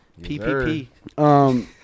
PPP